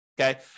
Okay